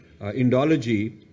Indology